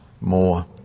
more